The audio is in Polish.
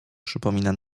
przypomina